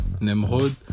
Nemrod